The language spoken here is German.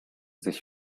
sich